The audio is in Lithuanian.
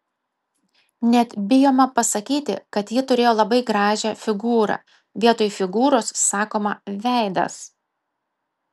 net bijoma pasakyti kad ji turėjo labai gražią figūrą vietoj figūros sakoma veidas